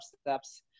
steps